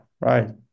right